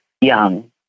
young